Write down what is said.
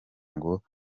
ngo